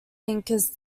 thinkers